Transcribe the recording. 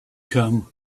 come